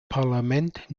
parlament